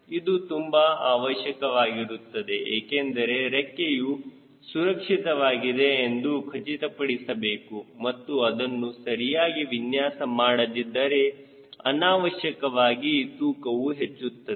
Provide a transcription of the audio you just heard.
ಇದು ತುಂಬಾ ಅವಶ್ಯಕವಾಗಿರುತ್ತದೆ ಏಕೆಂದರೆ ರೆಕ್ಕೆಯು ಸುರಕ್ಷಿತವಾಗಿದೆ ಎಂದು ಖಚಿತಪಡಿಸಬೇಕು ಮತ್ತು ಅದನ್ನು ಸರಿಯಾಗಿ ವಿನ್ಯಾಸ ಮಾಡದಿದ್ದರೆ ಅನಾವಶ್ಯಕವಾಗಿ ತೂಕವು ಹೆಚ್ಚುತ್ತದೆ